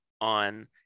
on